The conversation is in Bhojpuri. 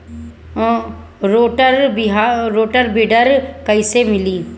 रोटर विडर कईसे मिले?